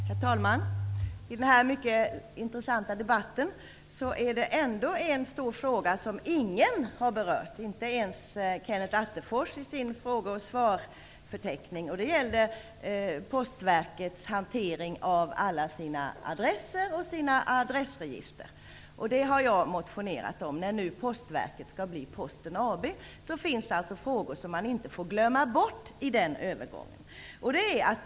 Herr talman! I den här mycket intressanta debatten finns det en fråga som ingen har berört -- inte ens Det gäller då Postverkets hantering av alla dess adresser och adressregister. Jag har motionerat om den saken. När Postverket blir Posten AB finns det nämligen frågor som inte får glömmas bort vid den här övergången.